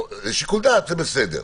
לשיקול דעת זה בסדר.